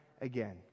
again